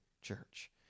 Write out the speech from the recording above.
church